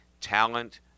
talent